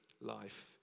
life